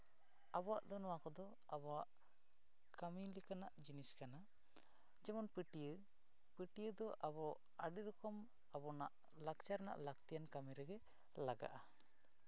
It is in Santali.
ᱟᱵᱚᱣᱟᱜ ᱫᱚ ᱱᱚᱣᱟ ᱠᱚᱫᱚ ᱟᱵᱚᱣᱟᱜ ᱠᱟᱹᱢᱤ ᱞᱮᱠᱟᱱᱟᱜ ᱡᱤᱱᱤᱥ ᱠᱟᱱᱟ ᱡᱮᱢᱚᱱ ᱯᱟᱹᱴᱭᱟᱹ ᱯᱟᱹᱴᱭᱟᱹ ᱫᱚ ᱟᱵᱚ ᱟᱹᱰᱤ ᱨᱚᱠᱚᱢ ᱟᱵᱚᱱᱟᱜ ᱞᱟᱠᱪᱟᱨ ᱨᱮᱱᱟᱜ ᱞᱟᱹᱠᱛᱤᱭᱟᱱ ᱠᱟᱹᱢᱤ ᱨᱮᱜᱮ ᱞᱟᱜᱟᱜᱼᱟ